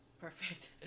Perfect